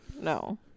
No